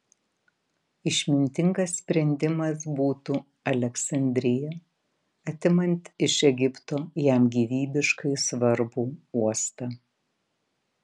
išmintingas sprendimas būtų aleksandrija atimant iš egipto jam gyvybiškai svarbų uostą